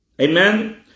Amen